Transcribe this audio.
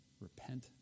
Repent